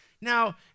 Now